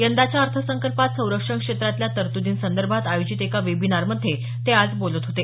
यंदाच्या अर्थसंकल्पात संरक्षण क्षेत्रातल्या तरतूदींसंदर्भात आयोजित एका वेबिनारमध्ये ते आज बोलत होते